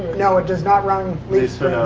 no, it does not run leaf springs.